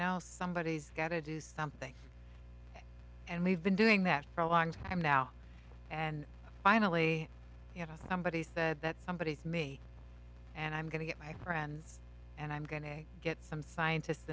know somebody's got to do something and we've been doing that for a long time now and finally you know somebody said that somebody is me and i'm going to get my friends and i'm going to get some scientist